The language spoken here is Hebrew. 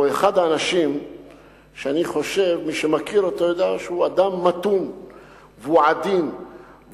הוא אחד האנשים שמי שמכיר אותו יודע שהוא אדם מתון והוא עדין,